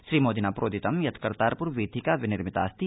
श्रीमोदिना प्रद्वित यत् करतारप्र वीथिका विनिर्मितास्ति